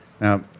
Now